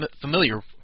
Familiar